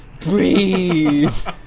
breathe